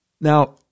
Now